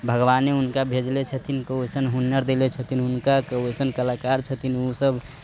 भगवाने हुनका भेजने छथिन तऽ वैसन हुनर देने छथिन हुनका वैसन कलाकार छथिन ओसभ